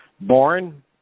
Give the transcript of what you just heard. born